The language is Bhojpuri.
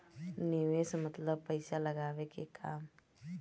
निवेस मतलब पइसा लगावे के काम